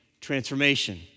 transformation